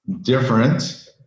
different